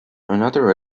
another